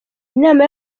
inama